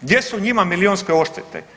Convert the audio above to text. Gdje su njima milijunske odštete?